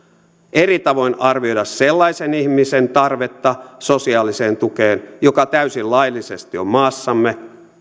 eri tavoin arvioida sellaisen ihmisen tarvetta sosiaaliseen tukeen joka täysin laillisesti on maassamme